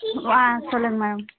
ஆ சொல்லுங்கள் மேடம்